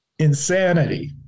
insanity